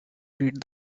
read